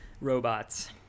Robots